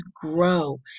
grow